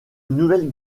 nouvelle